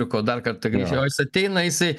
ko dar kartą grįš o jis ateina jisai